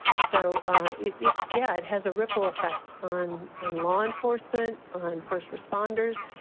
so ah it it yeah, it has a ripple effect on on law enforcement, on first responders.